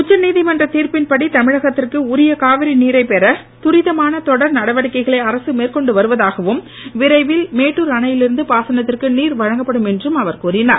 உச்சநீதிமன்ற திர்ப்பின்படி தமிழகத்திற்கு உரிய காவிரி நீரைப் பெற துரிதமான தொடர் நடவடிக்கைகளை அரசு மேற்கொண்டு வருவதாகவும் விரைவில் மேட்டூர் அணையில் இருந்து பாசனத்திற்கு நீர் வழங்கப்படும் என்றும் அவர் கூறினார்